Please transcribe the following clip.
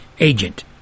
agent